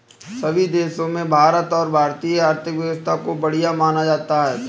सभी देशों में भारत और भारतीय आर्थिक व्यवस्था को बढ़िया माना जाता है